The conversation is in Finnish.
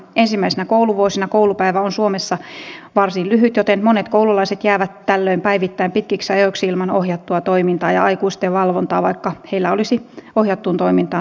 ensimmäisinä kouluvuosina koulupäivä on suomessa varsin lyhyt joten monet koululaiset jäävät tällöin päivittäin pitkiksi ajoiksi ilman ohjattua toimintaa ja aikuisten valvontaa vaikka heillä olisi ohjattuun toimintaan selkeä tarve